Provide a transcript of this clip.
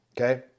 okay